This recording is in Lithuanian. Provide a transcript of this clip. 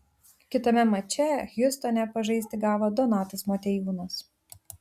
kitame mače hjustone pažaisti gavo donatas motiejūnas